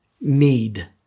need